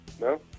No